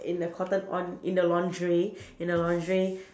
in a cotton on in the lingerie in the lingerie